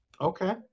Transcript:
Okay